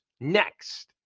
next